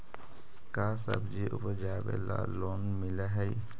का सब्जी उपजाबेला लोन मिलै हई?